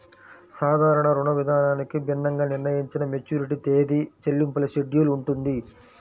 సాధారణ రుణవిధానానికి భిన్నంగా నిర్ణయించిన మెచ్యూరిటీ తేదీ, చెల్లింపుల షెడ్యూల్ ఉంటుంది